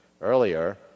earlier